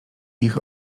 ich